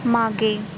मागे